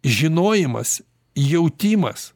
žinojimas jautimas